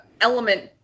element